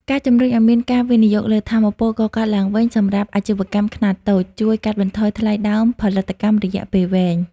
ការជំរុញឱ្យមានការវិនិយោគលើ "ថាមពលកកើតឡើងវិញ" សម្រាប់អាជីវកម្មខ្នាតតូច ជួយកាត់បន្ថយថ្លៃដើមផលិតកម្មរយៈពេលវែង។